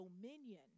dominion